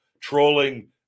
trolling